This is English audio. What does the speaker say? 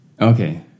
Okay